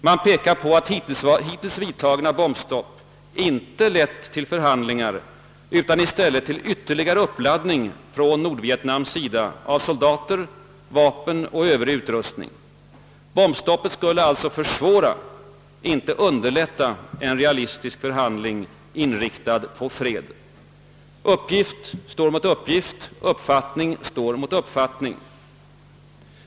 Man pekar på att hittills vidtagna bombstopp inte lett till förhandlingar utan i stället till ytterligare uppladdning från Nordvietnams sida av soldater, vapen och övrig utrustning. Bombstoppet skulle alltså försvåra, inte underlätta en realistisk förhandling, inriktad på fred. Uppgift står mot uppgift, uppfattning står mot uppfattning.